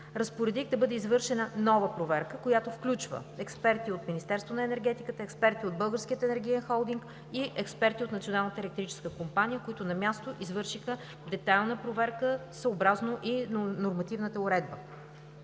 разпоредих да бъде извършена нова проверка, която включва експерти от Министерството на енергетиката, Българския енергиен холдинг и от Националната електрическа компания, които на място извършиха детайлна проверка съобразно нормативната уредба.